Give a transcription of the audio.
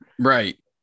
Right